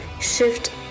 shift